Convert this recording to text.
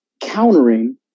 countering